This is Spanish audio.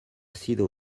sido